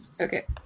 okay